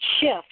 shift